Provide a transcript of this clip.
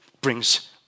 brings